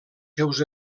seus